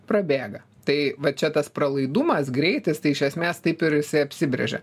prabėga tai va čia tas pralaidumas greitis tai iš esmės taip ir jisai apsibrėžia